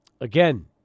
Again